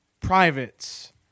privates